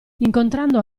incontrando